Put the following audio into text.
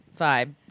vibe